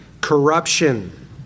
corruption